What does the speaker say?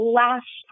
last